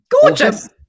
Gorgeous